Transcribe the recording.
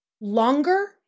longer